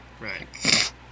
right